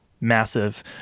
massive